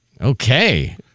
Okay